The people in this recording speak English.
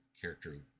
character